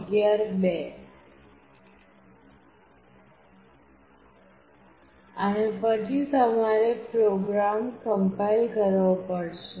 અને પછી તમારે પ્રોગ્રામ કમ્પાઇલ કરવો પડશે